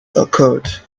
occurred